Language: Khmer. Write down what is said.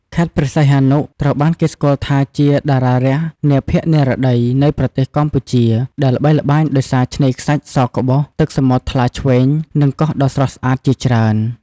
ខេត្តព្រះសីហនុ ត្រូវបានគេស្គាល់ថាជា "តារារះនាភាគនិរតី" នៃប្រទេសកម្ពុជា ដែលល្បីល្បាញដោយសារឆ្នេរខ្សាច់សក្បុស ទឹកសមុទ្រថ្លាឈ្វេង និងកោះដ៏ស្រស់ស្អាតជាច្រើន។